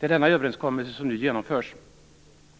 Det är denna överenskommelse som nu genomförs.